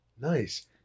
nice